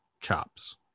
chops